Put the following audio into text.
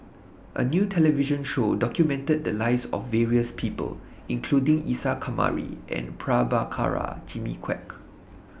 A New television Show documented The Lives of various People including Isa Kamari and Prabhakara Jimmy Quek